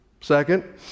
Second